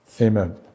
Amen